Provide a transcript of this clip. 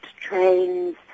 trains